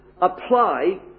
apply